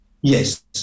Yes